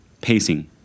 pacing